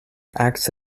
acts